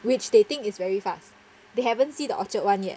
which they think it's very fast they haven't see the orchard [one] yet